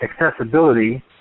Accessibility